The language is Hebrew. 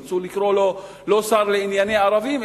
רצו לקרוא לו לא שר לענייני ערבים,